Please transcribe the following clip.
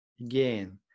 again